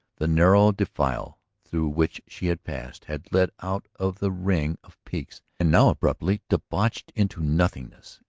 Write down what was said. the narrow defile through which she had passed had led out of the ring of peaks and now abruptly debouched into nothingness.